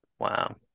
Wow